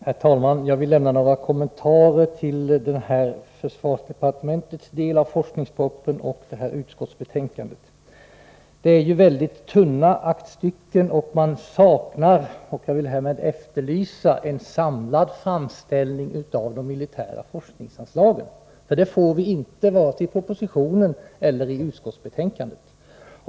Herr talman! Jag vill göra några kommentarer till försvarsdepartementets del av forskningspropositionen och till detta utskottsbetänkande. Det är ju väldigt tunna aktstycken, och man saknar — och jag vill härmed efterlysa — en samlad framställning av de militära forskningsanslagen. Det får vi inte vare sig i propositionen eller i utskottsbetänkandet.